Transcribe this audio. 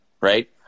right